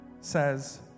says